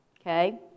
Okay